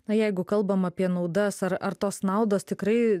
na jeigu kalbam apie naudas ar ar tos naudos tikrai